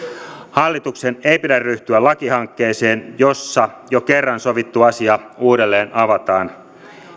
hallituksen ei pidä ryhtyä lakihankkeeseen jossa jo kerran sovittu asia uudelleen avataan